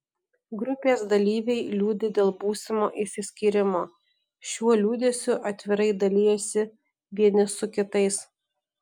grupės dalyviai liūdi dėl būsimo išsiskyrimo šiuo liūdesiu atvirai dalijasi vieni su kitais